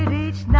and each